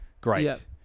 great